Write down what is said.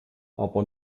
aber